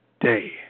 day